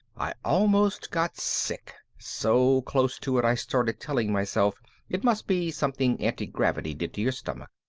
i almost got sick so close to it i started telling myself it must be something antigravity did to your stomach.